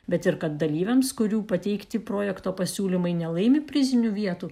bet ir kad dalyviams kurių pateikti projekto pasiūlymai nelaimi prizinių vietų